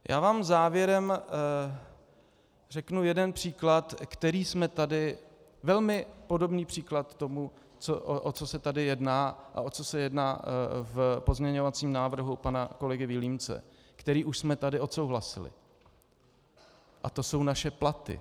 Já vám závěrem řeknu jeden příklad, velmi podobný příklad k tomu, o co se tedy jedná a o co se jedná v pozměňovacím návrhu pana kolegy Vilímce, který už jsme tu odsouhlasili, a to jsou naše platy.